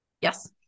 Yes